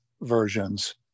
versions